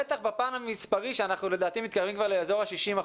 בטח בפן המספרי כשאנחנו לדעתי מתקרבים כבר לאזור ה-60%.